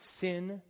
Sin